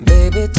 Baby